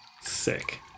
Sick